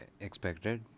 expected